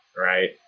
Right